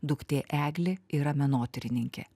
duktė eglė yra menotyrininkė